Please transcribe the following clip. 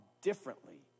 differently